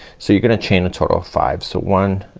so you're gonna chain a total of five. so one,